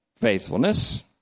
faithfulness